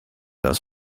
das